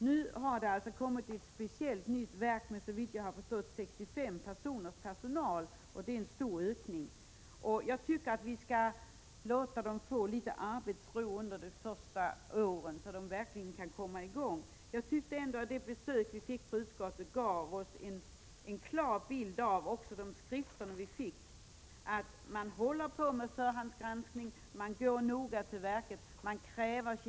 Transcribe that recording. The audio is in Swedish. Nu har det alltså kommit ett speciellt nytt verk med, såvitt jag har förstått, 65 personers personal, och det är en stor ökning. Jag tycker att vi skall låta dem få litet arbetsro under de första åren, så att de verkligen kan komma i gång. Det besök vi fick i utskottet och de skrifter vi fick gav oss ändå en klar bild av att man håller på med förhandsgranskning och går noga till verket.